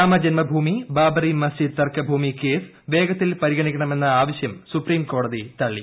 രാമജന്മഭൂമി ബാബ്റി മസ്ജിദ് തർക്ക ഭൂമി കേസ് വേഗത്തിൽ പരിഗണിക്കണമെന്ന ആവശ്യം സുപ്രീംകോടതി തള്ളി